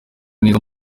neza